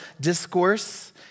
discourse